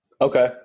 Okay